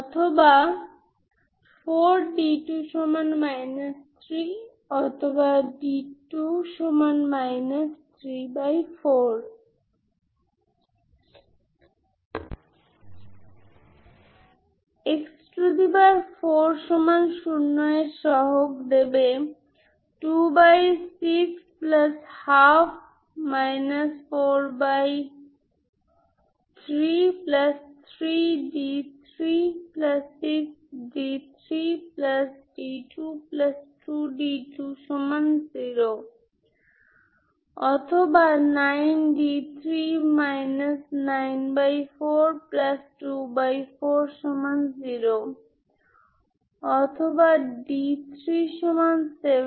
একবার আপনি x ঠিক করে নিলে এটি বিন্দু অনুসারে একত্রিত হয় কিন্তু সমস্ত 3 টি কেস এ যদি f মানে রেগুলার স্টর্ম লিওভিলে সিস্টেম বা পিরিওডিক স্টর্ম লিওভিলে সিস্টেম এই সমস্ত সিঙ্গুলার স্টর্ম লিওভিলে সিস্টেম যদি f একটি ইস্কোয়ার হয় ইন্টিগ্রেবল ফাংশন তারপর আমি এই f যোগ করতে পারি n 0 থেকে ইনফিনিট পর্যন্ত